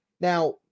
Now